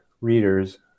readers